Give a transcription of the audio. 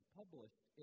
published